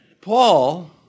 Paul